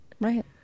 Right